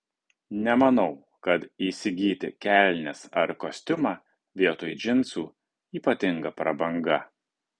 nemanau kad įsigyti kelnes ar kostiumą vietoj džinsų ypatinga prabanga